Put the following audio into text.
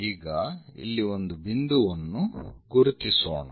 ಈಗ ಇಲ್ಲಿ ಒಂದು ಬಿಂದುವನ್ನು ಗುರುತಿಸೋಣ